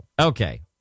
Okay